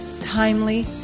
timely